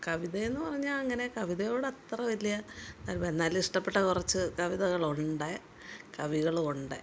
കവിത എന്ന് പറഞ്ഞാൽ അങ്ങനെ കവിതയോട് അത്ര വലിയ താല്പര്യം എന്നാലും ഇഷ്ടപ്പെട്ട കുറച്ച് കവിതകളുണ്ട് കവികളും ഉണ്ട്